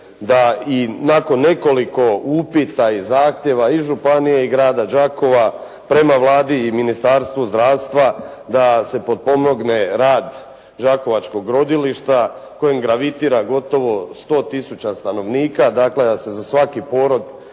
da i nakon nekoliko upita i zahtjeva i županije i grada Đakova prema Vladi i Ministarstvu zdravstva da se potpomogne rad đakovačkog rodilišta kojem gravitira gotovo 100 tisuća stanovnika. Dakle da se za svaki porod